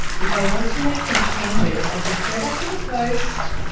if i want to make some changes, i just go back to the post.